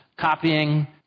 copying